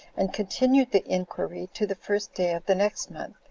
and continued the inquiry to the first day of the next month,